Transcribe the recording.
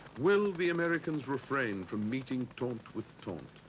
will the americans refrain from meeting taunt with taunt?